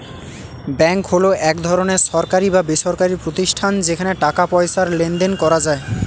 bank হলো এক ধরনের সরকারি বা বেসরকারি প্রতিষ্ঠান যেখানে টাকা পয়সার লেনদেন করা যায়